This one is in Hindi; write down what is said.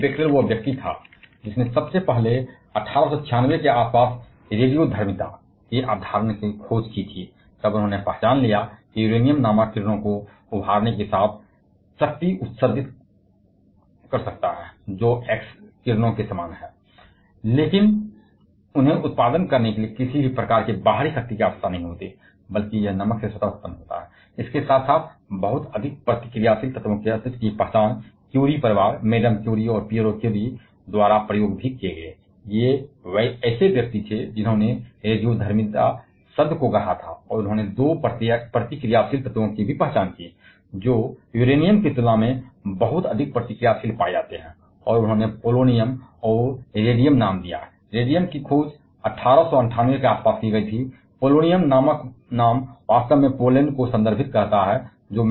एक हेनरी बेकरेल वह व्यक्ति था जिसने पहली बार 1896 के आसपास रेडियोधर्मिता की अवधारणा की खोज की थी जब उन्होंने पहचान लिया कि यूरेनियम नमक मर्मज्ञ शक्ति के साथ किरणों का उत्सर्जन कर सकता है जो एक्स किरणों के समान हैं लेकिन उन्हें उत्पादन करने के लिए किसी भी प्रकार की बाहरी शक्ति की आवश्यकता नहीं है बल्कि यह पाया गया कि नमक से अधिक सहजता से बाहर आ रहा है